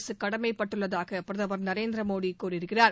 அரசு கடமைப்பட்டுள்ளதாக பிரதமர் திரு நரேந்திர மோடி கூறியிருக்கிறார்